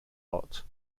lot